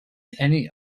any